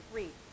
read